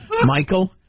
Michael